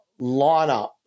lineup